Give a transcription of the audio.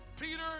Peter